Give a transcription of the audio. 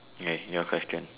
eh new question